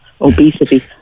obesity